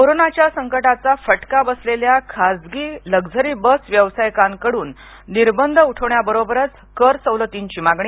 कोरोनाच्या संकटाचा फटका बसलेल्या खासगी लक्झरी बस व्यासायिकांकड्न निर्बंध उठवण्या बरोबरच कर सवलतींची मागणी